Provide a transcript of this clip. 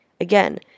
Again